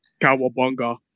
Cowabunga